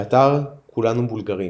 באתר "כולנו בולגרים",